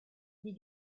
die